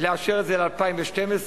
לאשר את זה ל-2012.